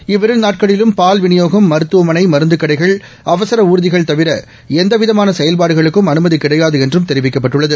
இவ்விரு நாட்களிலும் பால் விநியோகம் மருத்துவமனை மருந்துக்கடைகள் அவசர ஊர்திகள் தவிர எந்தவிதமான செயல்பாடுகளுக்கும் அனுமதி கிடையாது என்றும் தெரிவிக்கப்பட்டுள்ளது